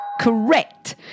Correct